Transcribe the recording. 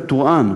שלו בטורעאן,